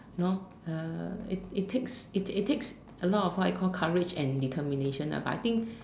you know uh it it takes it it takes a lot of what you call courage and determination ah but I think